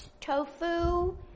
tofu